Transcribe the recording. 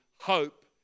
hope